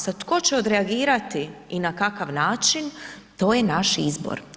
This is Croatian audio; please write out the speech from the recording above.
Sad, tko će odreagirati i na kakav način, to je naš izbor.